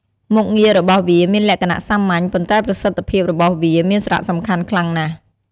មុខងាររបស់វាមានលក្ខណៈសាមញ្ញ ប៉ុន្តែប្រសិទ្ធភាពរបស់វាមានសារៈសំខាន់ខ្លាំងណាស់។